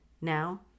Now